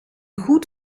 goed